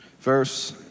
verse